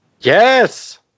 Yes